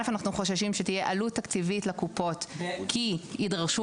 חוששים שתהיה עלות תקציבית לקופות כי ידרשו